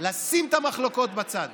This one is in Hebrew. לשים את המחלוקות בצד